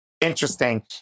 interesting